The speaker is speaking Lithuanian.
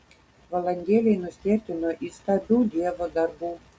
valandėlei nustėrti nuo įstabių dievo darbų